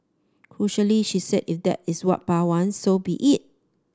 crucially she said if that is what Pa wants so be it